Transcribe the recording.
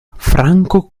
franco